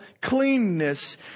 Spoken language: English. cleanness